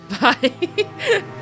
Bye